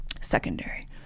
secondary